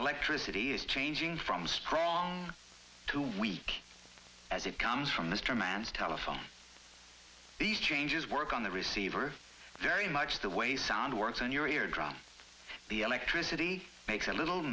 electricity is changing from strong to we as it comes from mr man's telephone these changes work on the receiver very much the way sound works on your ear drum the electricity makes a little